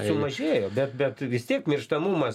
sumažėjo bet bet vis tiek mirštamumas